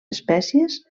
espècies